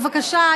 בבקשה,